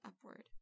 upward